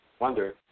wonder